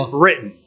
written